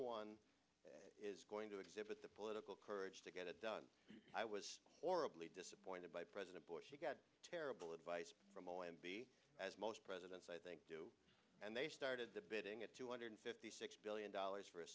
one is going to exhibit the political courage to get it done i was horribly disappointed by president bush he got terrible advice from o m b as most presidents i think do and they started the bidding at two hundred fifty six billion dollars for a